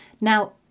Now